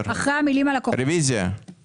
הסתייגות מספר 10. "שינויים אלה ייכנסו לתוקף